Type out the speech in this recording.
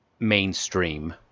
mainstream